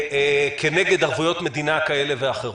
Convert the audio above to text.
כנגד ערבויות מדינה כאלה ואחרות.